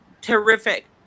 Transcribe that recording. terrific